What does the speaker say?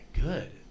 good